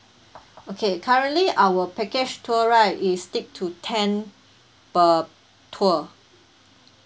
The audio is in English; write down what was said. okay currently our package tour right is stick to ten per tour